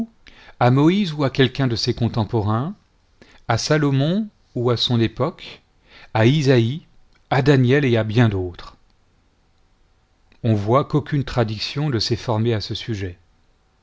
moïse ou à quelqu'un de ses contemporains à salomon ou à son époque à isaïe à daniel et à bien d'autres on voit qu'aucune tradition ne s'est formée à ce sujet